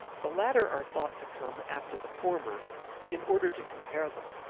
the latter are thought to come after the former in order to compare them.